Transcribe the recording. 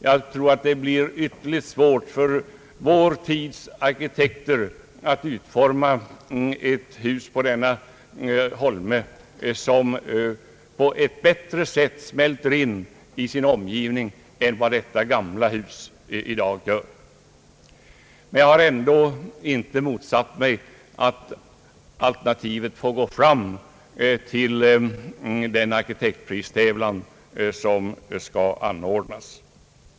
Jag tror att det blir ytterligt svårt för vår tids arkitekter att på denna holme utforma ett hus som bättre smälter in i sin omgivning än riksdagshuset i dag gör. Jag har i alla fall inte motsatt mig att alternativet får gå fram till den arkitektpristävlan som kommer att anordnas.